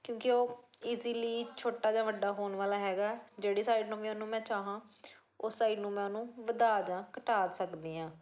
ਕਿਉਂਕਿ ਉਹ ਈਜ਼ੀਲੀ ਛੋਟਾ ਜਿਹਾ ਵੱਡਾ ਹੋਣ ਵਾਲਾ ਹੈਗਾ ਜਿਹੜੀ ਸਾਈਡ ਨੂੰ ਵੀ ਉਹਨੂੰ ਮੈਂ ਚਾਹਾਂ ਉਸ ਸਾਈਡ ਮੈਂ ਉਹਨੂੰ ਵਧਾ ਜਾਂ ਘਟਾ ਸਕਦੀ ਹਾਂ